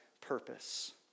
purpose